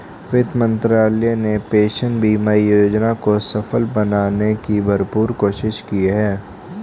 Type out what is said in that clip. वित्त मंत्रालय ने पेंशन बीमा योजना को सफल बनाने की भरपूर कोशिश की है